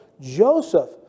Joseph